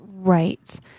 Right